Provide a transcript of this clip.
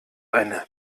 eine